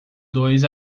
dois